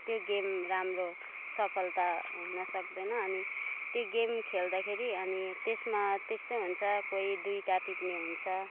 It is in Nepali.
त्यो गेम राम्रो सफलता हुन सक्दैन अनि त्यो गेम खेल्दाखेरि अनि त्यसमा त्यस्तै हुन्छ कोही दुइटा टिप्ने हुन्छ